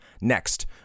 Next